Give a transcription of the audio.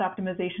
optimization